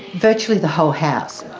virtually the whole house.